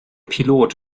pilot